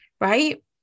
Right